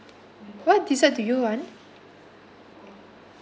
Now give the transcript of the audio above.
what dessert do you want